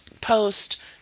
post